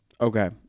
okay